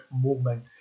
movement